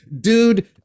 dude